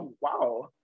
Wow